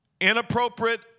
Inappropriate